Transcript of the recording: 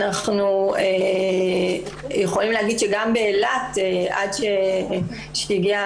אנחנו יכולים להגיד שגם באילת עד שהגיעה